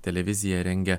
televizija rengia